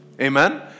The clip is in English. Amen